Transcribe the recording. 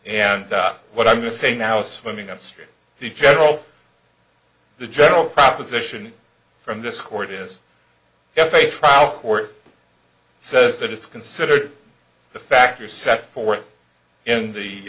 and what i'm going to say now swimming upstream the general the general proposition from this court is if a trial court says that it's considered the factors set forth